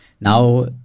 now